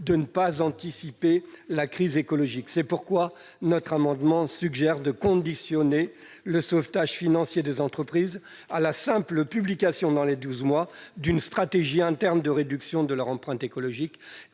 de ne pas anticiper la crise écologique. C'est la raison pour laquelle nous suggérons de conditionner le sauvetage financier des entreprises à la simple publication, dans les douze mois, d'une stratégie interne de réduction de leur empreinte écologique